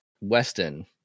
weston